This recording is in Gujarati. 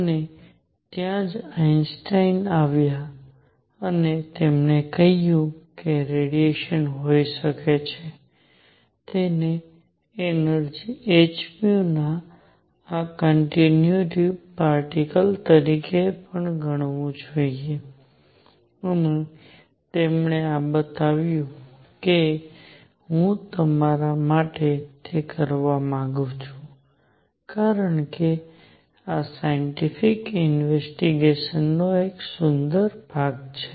અને ત્યાં જ આઇન્સ્ટાઇન આવ્યા અને તેમણે કહ્યું કે રેડિયેશન હોઈ શકે છે તેને એનર્જી h ના આ કન્ટીન્યુ પાર્ટીકલ્સ તરીકે પણ ગણવું જોઈએ અને તેમણે આ બતાવ્યું કે હું તમારા માટે તે કરવા માંગુ છું કારણ કે આ સાયન્ટિફીક ઈનવેસ્ટીગેશન નો એક સુંદર ભાગ છે